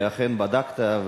ואכן בדקת,